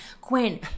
Quinn